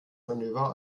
manöver